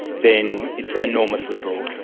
then it's enormously broad.